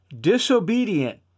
disobedient